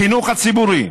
בחינוך הציבורי